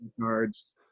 cards